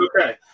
Okay